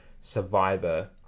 survivor